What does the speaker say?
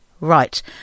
Right